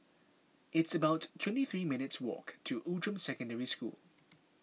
it's about twenty three minutes' walk to Outram Secondary School